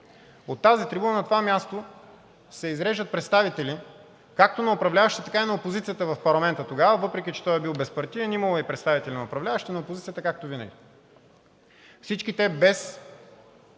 От тази трибуна, от това място се изреждат представители както на управляващите, така и на опозицията в парламента тогава, въпреки че той е бил безпартиен, имало е и представители на управляващи, и на опозиция, както винаги. Всички те без